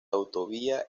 autovía